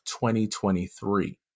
2023